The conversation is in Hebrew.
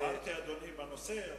אדוני, אני דיברתי בנושא.